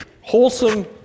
wholesome